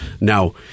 Now